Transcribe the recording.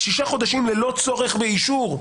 ששה חודשים ללא צורך באישור.